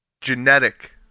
Genetic